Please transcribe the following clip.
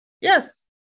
Yes